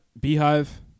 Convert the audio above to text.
Beehive